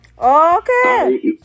Okay